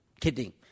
kidding